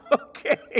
Okay